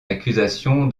accusation